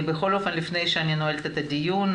לפני שאני נועלת את הדיון,